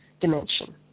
dimension